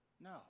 no